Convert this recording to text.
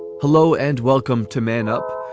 hello and welcome to man up,